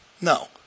no